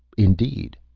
indeed.